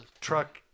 truck